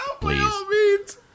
please